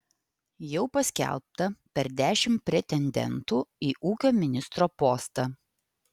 jau paskelbta per dešimt pretendentų į ūkio ministro postą